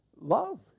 love